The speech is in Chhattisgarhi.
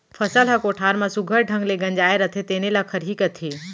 फसल ह कोठार म सुग्घर ढंग ले गंजाय रथे तेने ल खरही कथें